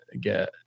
get